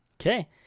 Okay